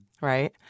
right